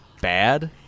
bad